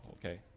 Okay